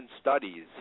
studies